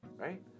right